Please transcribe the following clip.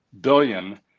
billion